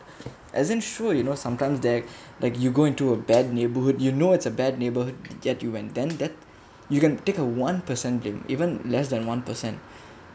as in sure you know sometimes that like you go into a bad neighborhood you know it's a bad neighborhood yet you and then that you can take a one percent blame even less than one per cent